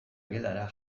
gelara